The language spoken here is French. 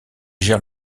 gère